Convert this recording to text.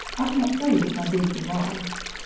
i can't tell you how big he was.